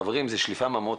חברים, זו שליפה מהמותן.